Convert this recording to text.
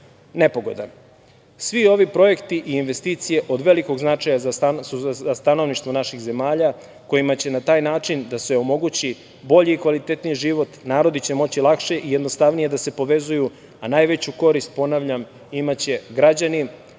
nepogoda. Svi ovi projekti i investicije su od velikog značaja za stanovništvo naših zemalja, kojima će na taj način da se omogući bolji i kvalitetniji život, narodi će moći lakše i jednostavnije da se povezuju, a najveću korist, ponavljam, imaće građani